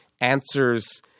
answers